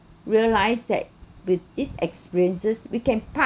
realise that with these experiences we can